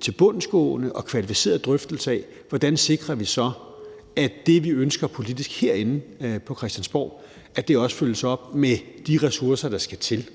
tilbundsgående og kvalificeret drøftelse af, hvordan vi så sikrer, at det, vi ønsker politisk herinde på Christiansborg, også følges op med de ressourcer, der skal til.